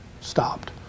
stopped